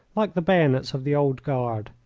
like the bayonets of the old guard.